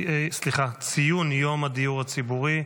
והוא ציון יום הדיור הציבורי.